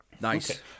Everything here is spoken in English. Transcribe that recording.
Nice